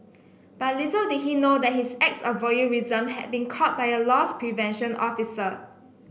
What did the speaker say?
but little did he know that his acts of voyeurism had been caught by a loss prevention officer